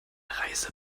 reise